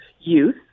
youth